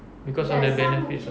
because of the benefits ah